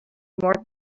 more